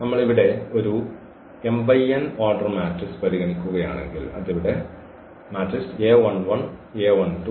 നമ്മൾ ഇവിടെ ഒരു ഓർഡർ മാട്രിക്സ് പരിഗണിക്കുകയാണെങ്കിൽ അതിവിടെ a11 a12